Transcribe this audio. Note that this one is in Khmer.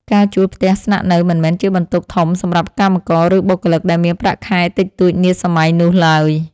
ការជួលផ្ទះស្នាក់នៅមិនមែនជាបន្ទុកធំសម្រាប់កម្មករ ឬបុគ្គលិកដែលមានប្រាក់ខែតិចតួចនាសម័យនោះឡើយ។